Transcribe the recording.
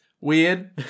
weird